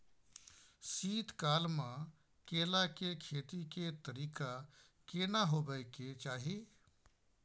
शीत काल म केला के खेती के तरीका केना होबय के चाही?